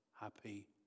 happy